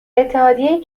اتحادیه